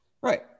Right